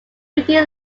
windy